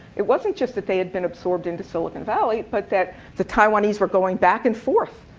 it wasn't just that they had been absorbed into silicon valley. but that the taiwanese were going back and forth